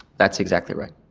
that's exactly right.